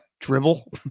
dribble